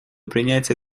принятие